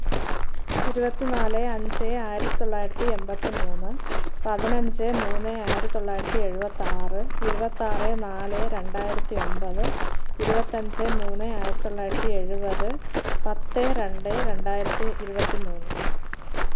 ഇരുപത്തി നാല് അഞ്ച് ആയിരത്തി തൊള്ളായിരത്തി എൺപത്തി മൂന്ന് പതിനഞ്ച് മൂന്ന് ആയിരത്തി തൊള്ളായിരത്തി എഴുപത്തി ആറ് ഇരുപത്തി നാല് രണ്ടായിരത്തി ഒൻപത് ഇരുപത്തി മൂന്ന് ആയിരത്തി തൊള്ളായിരത്തി എഴുപത് പത്ത് രണ്ട് രണ്ടായിരത്തി ഇരുപത്തി മൂന്ന്